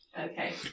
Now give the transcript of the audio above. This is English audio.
Okay